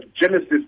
Genesis